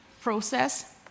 process